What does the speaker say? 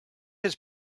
his